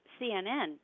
CNN